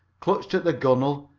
clutched at the gunwale,